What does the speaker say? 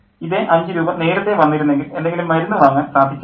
ഇതേ അഞ്ചു രൂപ നേരത്തെ വന്നിരുന്നെങ്കിൽ എന്തെങ്കിലും മരുന്ന് വാങ്ങാൻ സാധിച്ചേനേ